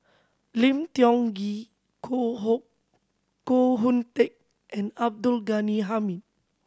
Lim Tiong Ghee Koh Hoh Koh Hoon Teck and Abdul Ghani Hamid